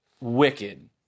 wicked